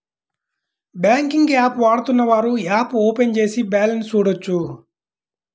banking app వాడుతున్నవారు app open చేసి balance చూడొచ్చు